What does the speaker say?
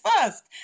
first